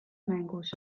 mängus